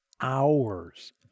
hours